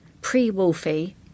Pre-Wolfie